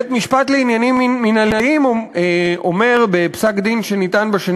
בית-משפט לעניינים מינהליים אומר בפסק-דין שניתן ב-2